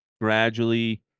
gradually